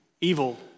evil